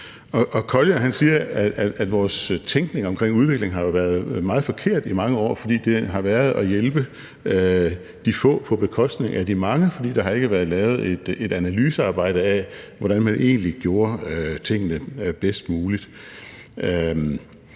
Collier siger, at vores tænkning omkring udvikling har været meget forkert i mange år, fordi den har været at hjælpe de få på bekostning af de mange, fordi der ikke har været lavet et analysearbejde af, hvordan man egentlig gjorde tingene bedst muligt.